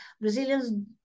Brazilians